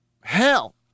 Hell